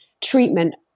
treatment